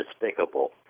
despicable